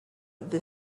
the